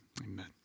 amen